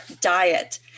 diet